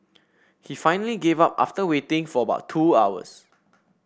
he finally gave up after waiting for about two hours